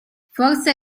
forse